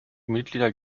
mitglieder